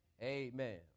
Amen